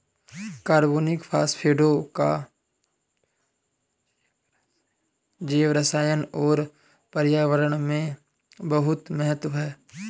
कार्बनिक फास्फेटों का जैवरसायन और पर्यावरण में बहुत महत्व है